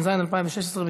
התשע"ז 2016,